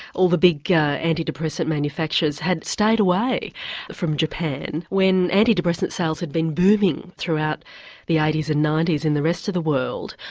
all the big yeah anti-depressant manufacturers had stayed away from japan when anti-depressant sales had been booming throughout the eighty s and ninety s in the rest of the world.